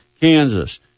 kansas